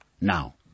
Now